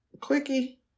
quickie